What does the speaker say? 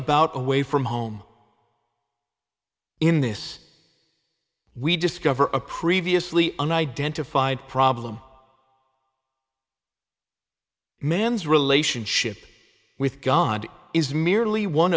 about away from home in this we discover a previously and identified problem man's relationship with god is merely one